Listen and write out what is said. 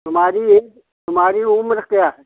तुम्हारी एज तुम्हारी उम्र क्या है